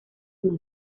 más